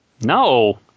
no